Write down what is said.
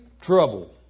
Trouble